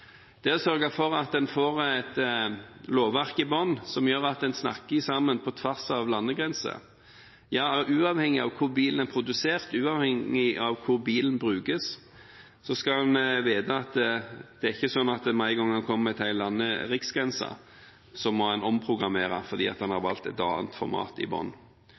Det er sørget for at en får et lovverk i bunnen som gjør at en snakker sammen på tvers av landegrenser. Ja, uavhengig av hvor bilen er produsert, uavhengig av hvor bilen brukes, skal en vite at det er ikke slik at med en gang en kommer til en eller annen riksgrense, må en omprogrammere fordi en har valgt et annet format i